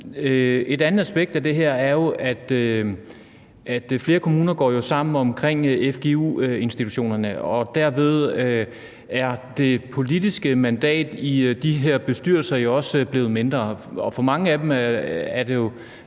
Et andet aspekt af det her er, at flere kommuner går sammen om fgu-institutionerne, og derved er det politiske mandat i de her bestyrelser jo også blevet mindre. For mange af dem gælder,